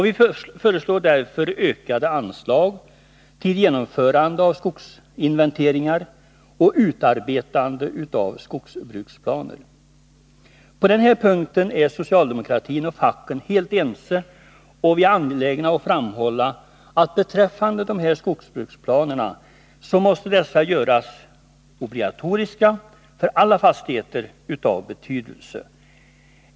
Vi föreslår därför ökade anslag till genomförande av skogsinventeringar och utarbetande av skogsbruksplaner. På den här punkten är socialdemokratin och facken helt ense, och vi är angelägna att framhålla att skogsbruksplanerna måste göras obligatoriska för alla fastigheter av betydelse.